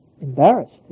embarrassed